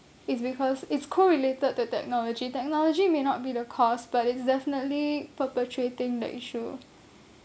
it's because it's correlated to technology technology may not be the cause but it's definitely perpetuating the issue